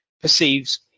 perceives